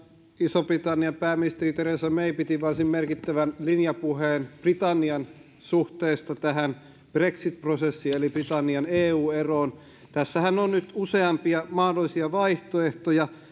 ison britannian pääministeri theresa may piti varsin merkittävän linjapuheen britannian suhteesta brexit prosessiin eli britannian eu eroon tässähän on nyt useampia mahdollisia vaihtoehtoja